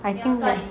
I think